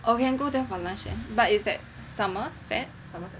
oh we can go there for lunch then but it's at Somerset